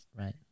Right